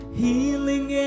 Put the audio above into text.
healing